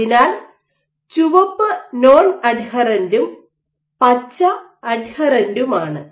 അതിനാൽ ചുവപ്പ് നോൺ അഡ്ഹറന്റും പച്ച അഡ്ഹറന്റുമാണ്